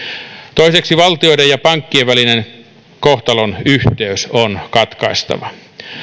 toiseksi valtioiden ja pankkien välinen kohtalonyhteys on katkaistava